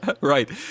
Right